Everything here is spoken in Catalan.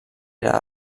era